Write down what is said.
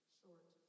short